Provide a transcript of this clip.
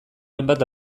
hainbat